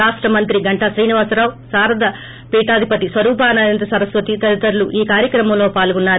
రాష్ట మంత్రి గంటా శ్రీనివాసరావు శారదా పీఠాధిపతి స్వరూపానందేంద్ర సరస్వతి తదితరులు ఈ కార్యక్రమంలో పాల్గొన్నారు